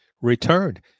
returned